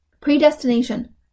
Predestination